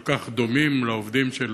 כל כך דומים לעובדים של